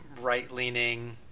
right-leaning –